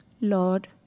Lord